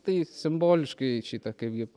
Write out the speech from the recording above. tai simboliškai šitą kaipgi